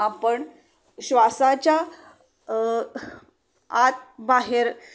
आपण श्वासाच्या आत बाहेर